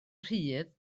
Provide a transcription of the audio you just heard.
rhydd